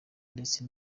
ndetse